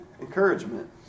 encouragement